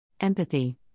Empathy